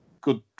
good